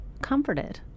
comforted